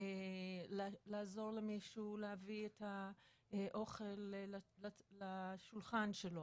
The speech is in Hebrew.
לעזור למישהו להביא את האוכל לשולחן שלו,